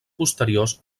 posteriors